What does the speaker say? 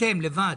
אתם לבד,